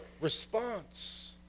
response